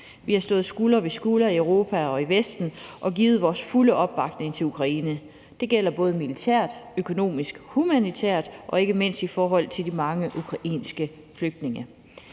Vi har stået skulder ved skulder i Europa og i Vesten og givet vores fulde opbakning til Ukraine. Det gælder både militært, økonomisk, humanitært og ikke mindst i forhold til de mange ukrainske flygtninge.